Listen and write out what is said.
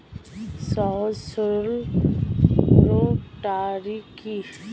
সহজ সরল রোটারি কি?